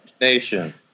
Nation